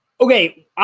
okay